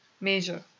major